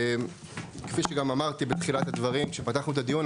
כפי שגם אמרתי בתחילת הדברים כשפתחנו את הדיון,